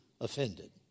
offended